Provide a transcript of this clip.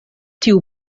tiu